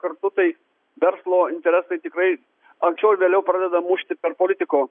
kartu tai verslo interesai tikrai anksčiau ar vėliau pradeda mušti per politiko